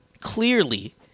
clearly